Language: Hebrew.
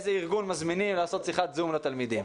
איזה ארגון מזמינים לעשות שיחת זום לתלמידים.